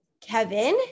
Kevin